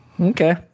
Okay